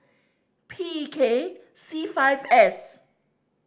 P E K C five S